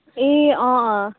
ए अँ अँ